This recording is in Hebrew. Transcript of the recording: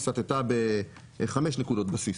היא סטתה ב-5 נקודות בסיס.